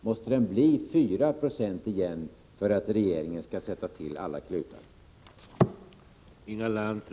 Måste den bli 4 90 igen för att regeringen skall sätta till alla klutar?